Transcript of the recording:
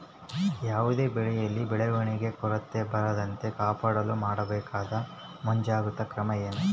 ಯಾವುದೇ ಬೆಳೆಯಲ್ಲಿ ಬೆಳವಣಿಗೆಯ ಕೊರತೆ ಬರದಂತೆ ಕಾಪಾಡಲು ಮಾಡಬೇಕಾದ ಮುಂಜಾಗ್ರತಾ ಕ್ರಮ ಏನು?